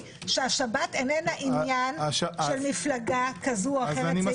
אני רק אמרתי שהשבת איננה עניין של מפלגה כזו או אחרת,